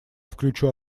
включу